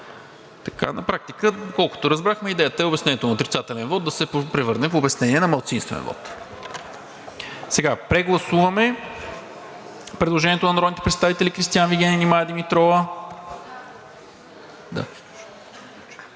На практика, доколкото разбрахме, идеята е обяснението на отрицателен вот да се превърне в обяснение на малцинствен вот. Прегласуваме предложението на народните представители Кристиан Вигенин и Мая Димитрова.